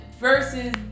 versus